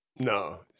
No